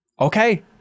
Okay